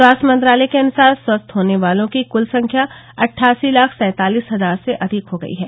स्वास्थ्य मंत्रालय के अनुसार स्वस्थ होने वालों की कल संख्या अटठासी लाख सैंतालिस हजार से अधिक हो गई है